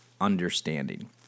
understanding